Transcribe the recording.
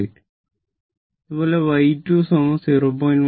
08 അതുപോലെ Y 2 0